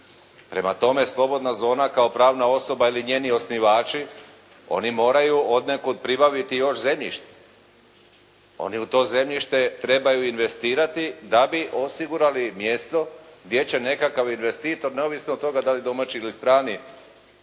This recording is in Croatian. Prema tome slobodna zona kao pravna osoba ili njeni osnivači oni moraju odnekud pribaviti još zemljište. Oni u to zemljište trebaju investirati da bi osigurali mjesto gdje će nekakav investitor neovisno od toga da li domaći ili strani